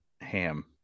ham